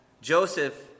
Joseph